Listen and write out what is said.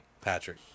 Patrick